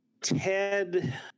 Ted